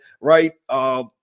right